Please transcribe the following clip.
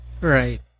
Right